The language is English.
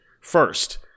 first